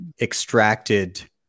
extracted